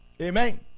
Amen